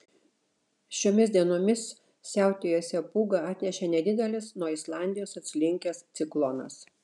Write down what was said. šiomis dienomis siautėjusią pūgą atnešė nedidelis nuo islandijos atslinkęs ciklonas